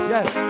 Yes